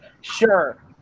Sure